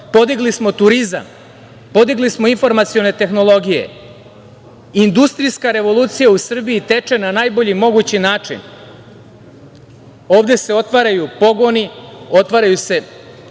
oblasti. Podigli smo turizam, podigli smo informacione tehnologije, industrijska revolucija u Srbiji teče na najbolji mogući način. Ovde se otvaraju pogoni, otvaraju se